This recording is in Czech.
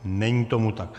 Není tomu tak.